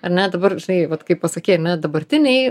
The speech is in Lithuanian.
ar ne dabar žinai vat kai pasakei ar ne dabartinėj